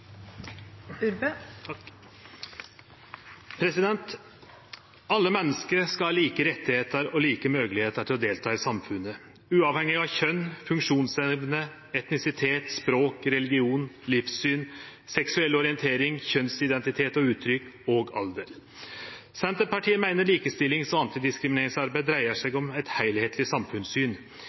Alle menneske skal ha like rettar og like moglegheiter til å delta i samfunnet, uavhengig av kjønn, funksjonsevne, etnisitet, språk, religion, livssyn, seksuell orientering, kjønnsidentitet og -utrykk og alder. Senterpartiet meiner at likestillings- og antidiskrimineringsarbeid dreier seg om eit heilskapleg samfunnssyn.